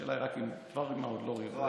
השאלה היא רק אם כבר רימה או עוד לא רימה,